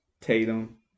Tatum